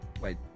wait